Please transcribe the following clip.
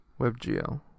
WebGL